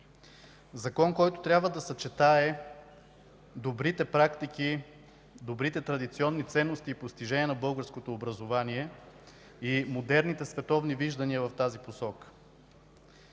Закон, който трябва да съчетае добрите практики, добрите традиционни ценности и постижения на българското образование и модерните световни виждания в тази посока.